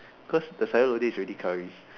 because the sayur lodeh is already Curry